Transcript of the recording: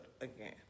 again